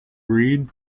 read